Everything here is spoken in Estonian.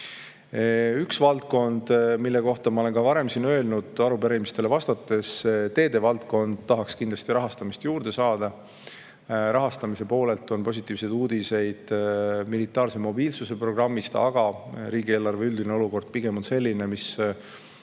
Üks valdkond, millest ma olen ka varem siin arupärimistele vastates rääkinud, on teede valdkond. See tahaks kindlasti rahastamist juurde saada. Rahastamise poolelt on positiivseid uudiseid militaarse mobiilsuse programmist, aga riigieelarve üldine olukord pigem on selline, mis ei